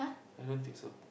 I don't think so